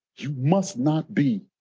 you must not be